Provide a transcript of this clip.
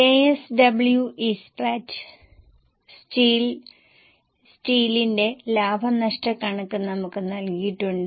J S W Ispat സ്റ്റീലിന്റെ ലാഭ നഷ്ട കണക്ക് നമുക്ക് നൽകിയിട്ടുണ്ട്